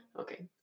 Okay